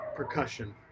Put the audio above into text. Percussion